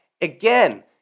again